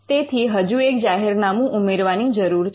તેથી હજુ એક જાહેરનામું ઉમેરવાની જરૂર છે